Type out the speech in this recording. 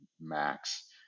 max